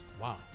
wow